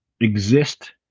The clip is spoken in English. exist